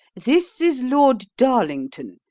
this is lord darlington.